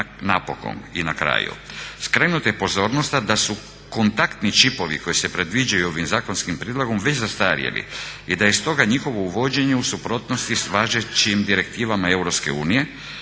Napokon i na kraju, skrenuta je pozornost da su kontaktni čipovi koji se predviđaju ovim zakonskim prijedlogom već zastarjeli i da je stoga njihovo uvođenje u suprotnosti s važećim direktivama